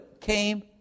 came